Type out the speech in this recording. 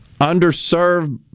Underserved